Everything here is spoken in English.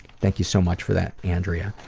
thank you so much for that, andrea.